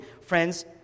friends